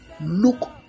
Look